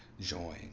join